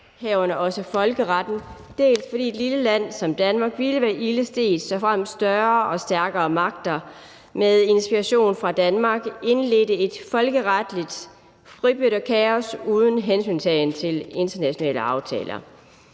herunder også folkeretten, dels fordi et lille land som Danmark ville være ilde stedt, såfremt større og stærkere magter med inspiration fra Danmark indledte et folkeretligt fribytterkaos uden hensyntagen til internationale aftaler.